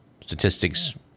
statistics